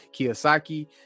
Kiyosaki